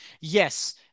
Yes